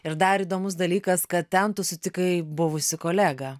ir dar įdomus dalykas kad ten tu sutikai buvusį kolegą